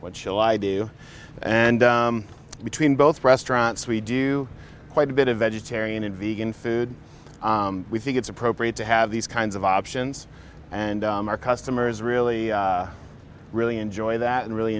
what shall i do and between both restaurants we do quite a bit of vegetarian and vegan food we think it's appropriate to have these kinds of options and our customers really really enjoy that and really